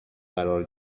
قرار